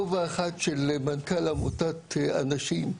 כובע אחד של מנכ"ל עמותת אנשים,